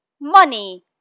money